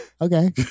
Okay